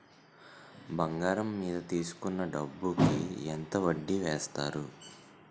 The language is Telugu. బంగారం మీద తీసుకున్న డబ్బు కి ఎంత వడ్డీ వేస్తారు?